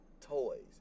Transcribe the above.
toys